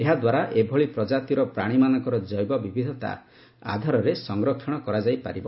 ଏହାଦ୍ୱାରା ଏଭଳି ପ୍ରଜାତିର ପ୍ରାଣୀମାନଙ୍କର ଜୈବ ବିବିଧତା ଆଧାରରେ ସଂରକ୍ଷଣ କରାଯାଇପାରିବ